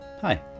Hi